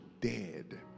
dead